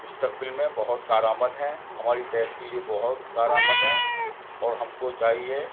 مستقبل میں بہت کار آمد ہیں ہماری صحت کے لیے بہت کار آمد ہیں اور ہم کو چاہیے